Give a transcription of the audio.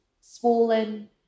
swollen